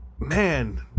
Man